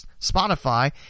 Spotify